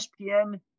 ESPN